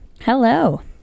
Hello